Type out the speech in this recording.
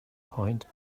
point